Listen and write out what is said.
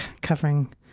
covering